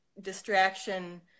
distraction